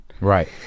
Right